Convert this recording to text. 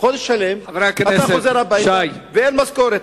חודש שלם, ואתה חוזר הביתה, ואין משכורת.